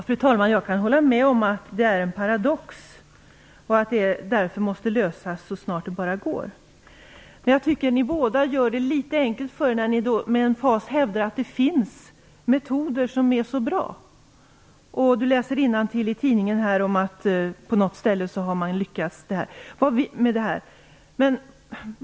Fru talman! Jag kan hålla med om att det är en paradox och att problemen måste lösas så snart det bara går. Men jag tycker att ni båda gör det litet enkelt för er när ni med emfas hävdar att det finns metoder som är så bra. Sven Bergström läser innantill i tidningen att man på något ställe har lyckats reducera radon.